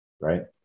right